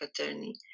attorney